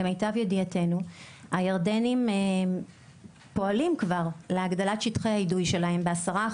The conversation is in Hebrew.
למיטב ידיעתנו הירדנים פועלים כבר להגדלת שטחי האידוי שלהם ב- 10%,